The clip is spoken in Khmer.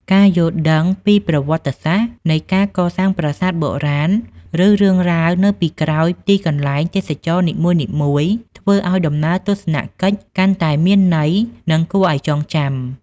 ការយល់ដឹងពីប្រវត្តិសាស្ត្រនៃការកសាងប្រាសាទបុរាណ ឬរឿងរ៉ាវនៅពីក្រោយទីកន្លែងទេសចរណ៍នីមួយៗ ធ្វើឲ្យដំណើរទស្សនកិច្ចកាន់តែមានន័យ និងគួរឲ្យចងចាំ។